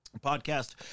podcast